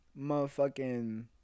motherfucking